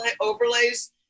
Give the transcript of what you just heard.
overlays